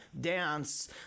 dance